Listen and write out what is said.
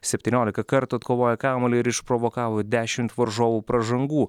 septyniolika kartų atkovojo kamuolį ir išprovokavo dešimt varžovų pražangų